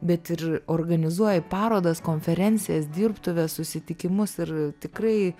bet ir organizuoji parodas konferencijas dirbtuves susitikimus ir tikrai